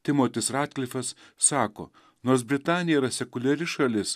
timotis ratklifas sako nors britanija yra sekuliari šalis